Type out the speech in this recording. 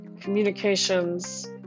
communications